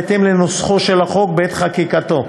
בהתאם לנוסחו של החוק בעת חקיקתו,